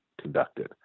conducted